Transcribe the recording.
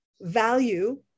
value